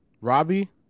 Robbie